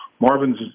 Marvin's